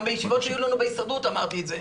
גם בישיבות שהיו לנו בהסתדרות אמרתי את זה,